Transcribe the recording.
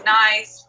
nice